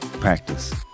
practice